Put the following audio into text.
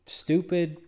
stupid